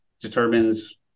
determines